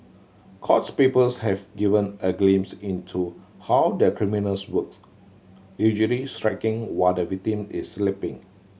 courts papers have given a glimpse into how the criminals works usually striking while the victim is sleeping